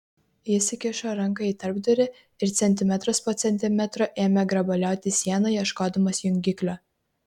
jis įkišo ranką į tarpdurį ir centimetras po centimetro ėmė grabalioti sieną ieškodamas jungiklio